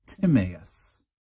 Timaeus